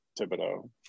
Thibodeau